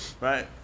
right